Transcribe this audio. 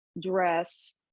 dress